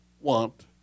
want